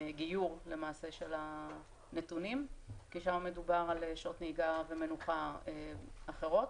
"גיור" למעשה של הנתונים כי שם מדובר על שעות נהיגה ומנוחה אחרות,